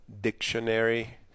Dictionary